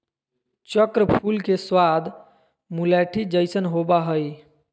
चक्र फूल के स्वाद मुलैठी जइसन होबा हइ